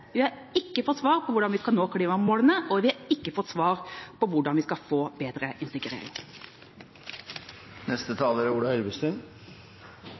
vi har ikke fått svar på hvordan vi skal nå klimamålene, og vi har ikke fått svar på hvordan vi skal få bedre